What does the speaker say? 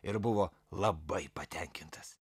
ir buvo labai patenkintas